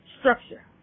Structure